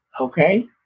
okay